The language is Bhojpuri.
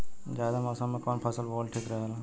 जायद मौसम में कउन फसल बोअल ठीक रहेला?